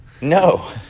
No